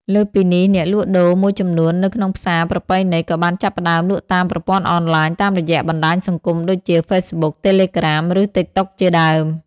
លើសពីនេះ អ្នកលក់ដូរមួយចំនួននៅក្នុងផ្សារប្រពៃណីក៏បានចាប់ផ្តើមលក់តាមប្រព័ន្ធអនឡាញ តាមរយៈបណ្តាញសង្គមដូចជា Facebook, Telegram ឬ TikTok ជាដើម។